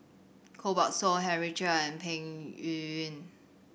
Koh Buck Song Henry Chia and Peng Yuyun